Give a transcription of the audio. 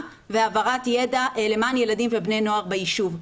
והעברת ידע למען ילדים ובני נוער בישוב.